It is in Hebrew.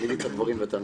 נריץ את הנושאים,